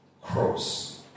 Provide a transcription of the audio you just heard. cross